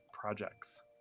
projects